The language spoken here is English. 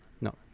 No